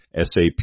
sap